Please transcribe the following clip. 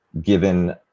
given